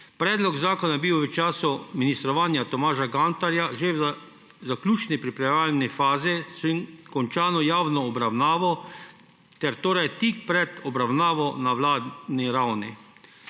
Predlog zakona je bil v času ministrovanja Tomaža Gantarja že v zaključni pripravljalni fazi, s končano javno obravnavo ter tik pred obravnavo na vladni ravni.